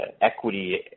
equity